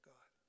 God